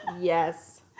Yes